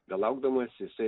belaukdamas jisai